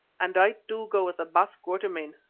and i, too, go with the baas quatermain,